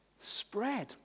spread